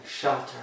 shelter